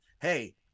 hey